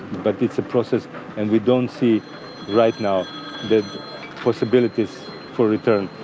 but it's a process and we don't see right now the possibilities for return.